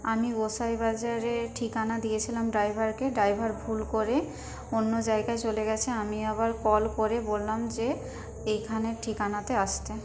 আমি গোঁসাইবাজারে ঠিকানা দিয়েছিলাম ড্রাইভারকে ড্রাইভার ভুল করে অন্য জায়গায় চলে গেছে আমি আবার কল করে বললাম যে এইখানের ঠিকানাতে আসতে